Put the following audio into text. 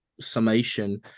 summation